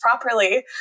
properly